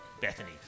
Bethany